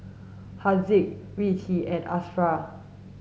Haziq Rizqi and Ashraff